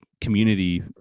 community